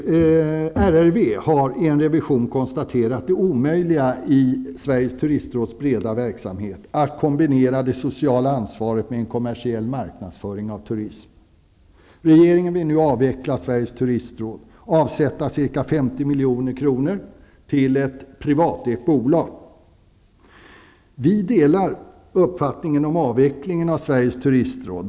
RRV har i en revision konstaterat det omöjliga i att i Sveriges Turistråds breda verksamhet kombinera det sociala ansvaret med en kommersiell marknadsföring av turism. Regeringen vill avveckla Sveriges Turistråd och avsätta ca 50 milj.kr. till ett privatägt bolag. Vi delar uppfattningen att vi måste avveckla Sveriges Turistråd.